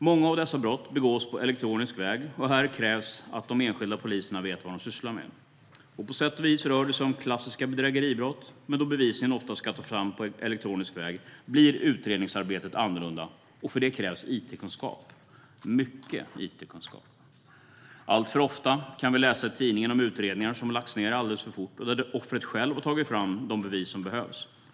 Många av dessa brott begås på elektronisk väg, och här krävs det att de enskilda poliserna vet vad de sysslar med. På sätt och vis rör det sig om klassiska bedrägeribrott, men då bevisningen ofta ska tas fram på elektronisk väg blir utredningsarbetet annorlunda, och för det krävs it-kunskap, mycket it-kunskap. Alltför ofta kan vi läsa i tidningarna om utredningar som har lagts ned alldeles för fort och där offret självt har tagit fram de bevis som behövs.